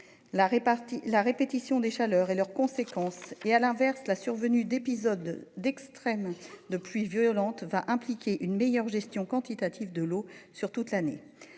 La répétition des chaleurs et leurs conséquences et à l'inverse la survenue d'épisodes d'extrême de pluies violentes va impliquer une meilleure gestion quantitative de l'eau sur toute l'année.